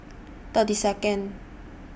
thirty Second